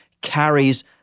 carries